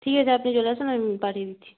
ঠিক আছে আপনি চলে আসুন আমি পাঠিয়ে দিচ্ছি